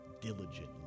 diligently